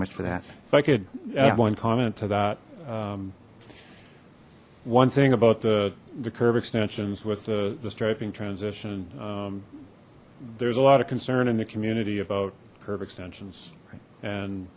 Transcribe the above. much for that if i could add one comment to that one thing about the curb extensions with the the striping transition there's a lot of concern in the community about curb extensions and